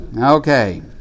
Okay